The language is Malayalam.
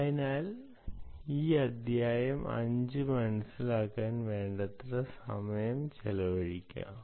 അതിനാൽ ഈ അധ്യായം 5 മനസിലാക്കാൻ വേണ്ടത്ര സമയം ചെലവഴിക്കുക